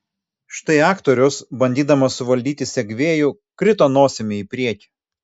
štai aktorius bandydamas suvaldyti segvėjų krito nosimi į priekį